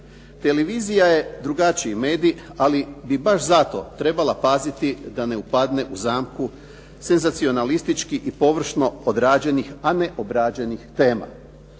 Televizija je drugačiji medij, ali bi baš zato trebala paziti da ne upadne u zamku senzacionalističkih i površno odrađenih, a neobrađenih tema.